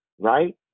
right